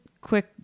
quick